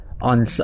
on